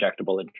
injectable